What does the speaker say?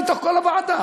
מתוך כל הוועדה,